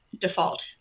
default